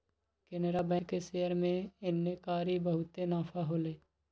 Canara bank के share में एन्नेकारी बहुते नफा होलई